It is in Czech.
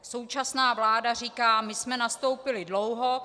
Současná vláda říká: My jsme nastoupili dlouho.